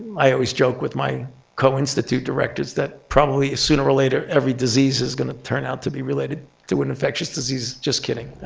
i always joke with my co-institute directors that probably sooner or later, every disease is going to turn out to be related to an infectious disease, just kidding.